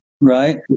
Right